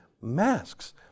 masks